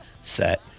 set